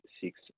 six